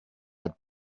had